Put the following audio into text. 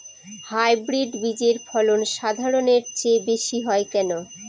Hybrid বীজের ফলন সাধারণের চেয়ে বেশী হয় কেনো?